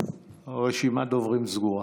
רשימת הדוברים סגורה.